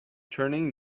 turning